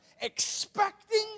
expecting